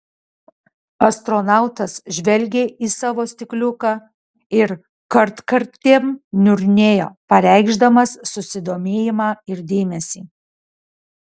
astronautas žvelgė į savo stikliuką ir kartkartėm niurnėjo pareikšdamas susidomėjimą ir dėmesį